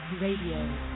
Radio